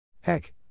Heck